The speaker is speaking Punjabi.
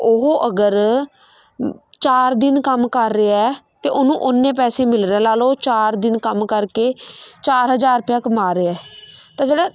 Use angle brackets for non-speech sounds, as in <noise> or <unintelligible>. ਉਹ ਅਗਰ <unintelligible> ਚਾਰ ਦਿਨ ਕੰਮ ਕਰ ਰਿਹਾ ਅਤੇ ਉਹਨੂੰ ਉੱਨੇ ਪੈਸੇ ਮਿਲ ਰਹੇ ਲਾ ਲਉ ਚਾਰ ਦਿਨ ਕੰਮ ਕਰਕੇ ਚਾਰ ਹਜ਼ਾਰ ਰੁਪਇਆ ਕਮਾ ਰਿਹਾ ਤਾਂ ਜਿਹੜਾ